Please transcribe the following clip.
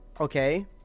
Okay